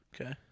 Okay